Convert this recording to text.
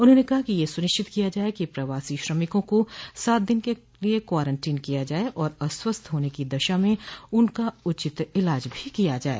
उन्होंने कहा कि यह सुनिश्चित किया जाये कि प्रवासी श्रमिकों को सात दिन के लिये क्वारेंटीन किया जाये और अस्वस्थ होने की दशा में उनका उचित इलाज भी किया जाये